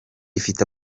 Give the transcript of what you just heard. ifite